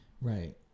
right